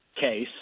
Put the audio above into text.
case